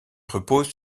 repose